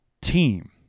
team